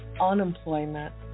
unemployment